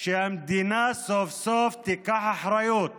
שהמדינה סוף-סוף תיקח אחריות